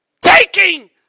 taking